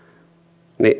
niin